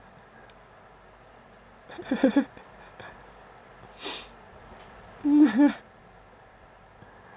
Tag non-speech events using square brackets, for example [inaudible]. [laughs] [noise] [laughs]